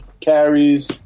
carries